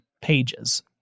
pages